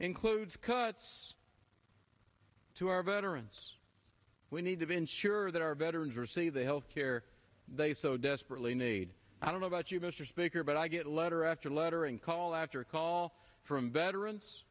includes cuts to our veterans we need to ensure that our veterans are see the health care they so desperately need i don't know about you mr speaker but i get a letter after letter and call after call from veterans